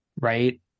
right